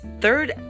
third